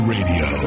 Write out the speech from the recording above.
Radio